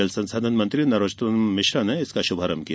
जल संसाधन मंत्री नरोत्तम मिश्र ने इसका शुभारंभ किया